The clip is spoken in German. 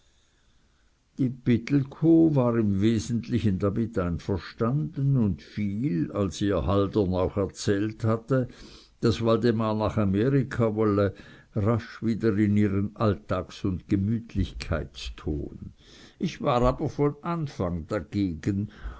die pittelkow war im wesentlichen damit einverstanden und fiel als ihr haldern auch erzählt hatte daß waldemar nach amerika wolle rasch wieder in ihren alltags und gemütlichkeitston ich war von anfang an dagegen